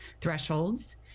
thresholds